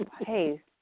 hey